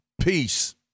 Peace